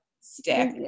stick